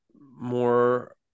more